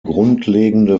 grundlegende